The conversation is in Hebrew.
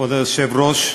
כבוד היושב-ראש,